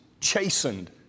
chastened